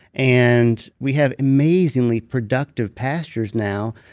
and we have amazingly productive pastures now,